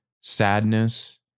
sadness